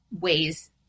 ways